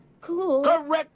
Cool